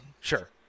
Sure